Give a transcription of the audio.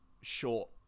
short